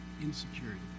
insecurity